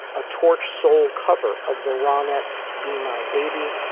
a torch soul cover of the ronettes be my baby,